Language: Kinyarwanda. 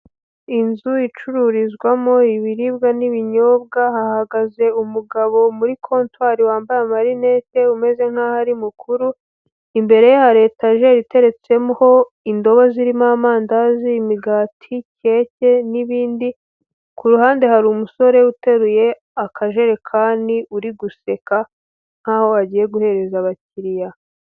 Inzu icururizwamo ibiribwa n'ibinyobwa hahagaze umugabo muri kontwari wambaye amarinete umeze nk'aho ari mukuru, imbere ye hari etajeri iteretseho indobo zirimo amandazi, imigati, keke n'ibindi. Ku ruhande hari umusore uteruye akajerekani uri guseka nk'aho agiye guhereza abakiriya.